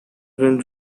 been